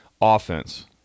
offense